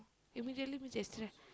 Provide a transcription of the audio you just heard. immediately means yesterday